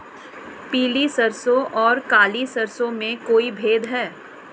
पीली सरसों और काली सरसों में कोई भेद है?